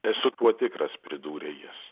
esu tuo tikras pridūrė jis